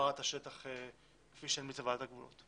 העברת השטח כפי שהמליצה ועדת הגבולות.